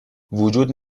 وجود